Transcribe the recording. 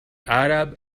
arab